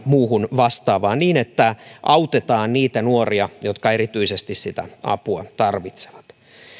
muuhun vastaavaan niin että autetaan niitä nuoria jotka erityisesti sitä apua tarvitsevat